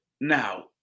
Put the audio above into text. Now